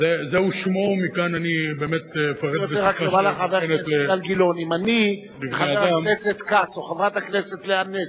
אני קובע שההצעה לסדר-היום של חבר הכנסת בן-ארי